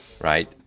right